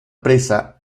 presa